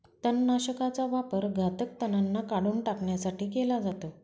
तणनाशकाचा वापर घातक तणांना काढून टाकण्यासाठी केला जातो